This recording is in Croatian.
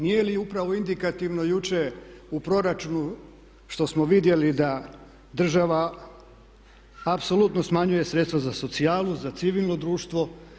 Nije li upravo indikativno jučer u proračunu što smo vidjeli da država apsolutno smanjuje sredstva za socijalu, za civilno društvo.